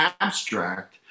abstract